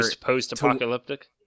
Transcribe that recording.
Post-apocalyptic